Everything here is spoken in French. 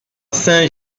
saint